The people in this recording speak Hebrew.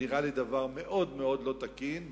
זה נראה לי דבר מאוד מאוד לא תקין,